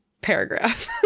paragraph